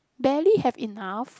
barely have enough